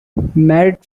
mad